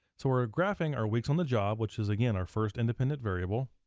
so we're ah graphing our weeks on the job, which is, again, our first independent variable,